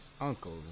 uncle